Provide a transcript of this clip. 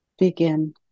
Begin